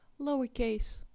Lowercase